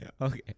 Okay